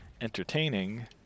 entertaining